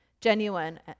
genuine